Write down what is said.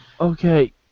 Okay